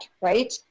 right